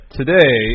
today